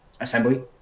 assembly